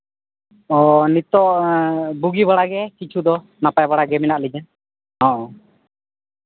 ᱦᱚᱸ ᱱᱤᱛᱚᱜ ᱵᱩᱜᱤ ᱵᱟᱲᱟᱜᱮ ᱠᱤᱪᱷᱩ ᱫᱚ ᱱᱟᱯᱟᱭ ᱵᱟᱲᱟᱜᱮ ᱢᱮᱱᱟᱜ ᱞᱤᱧᱟ ᱦᱮᱸ